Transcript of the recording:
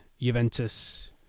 Juventus